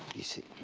you see.